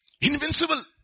Invincible